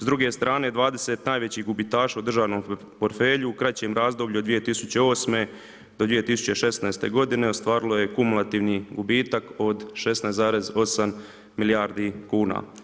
S druge strane, 20 najveći gubitaša u državnom portfelju u kraćem razdoblju od 2008.-2016. godine ostvarilo je kumulativni gubitak od 16,8 milijardi kuna.